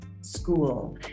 school